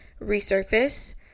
resurface